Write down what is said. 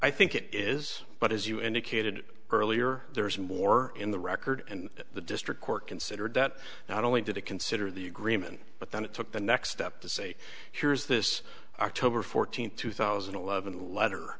think it is but as you indicated earlier there is more in the record and the district court considered that not only did it consider the agreement but then it took the next step to say here's this october fourteenth two thousand and eleven letter